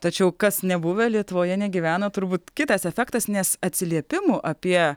tačiau kas nebuvę lietuvoje negyvena turbūt kitas efektas nes atsiliepimų apie